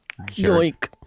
yoink